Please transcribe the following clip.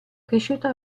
cresciuta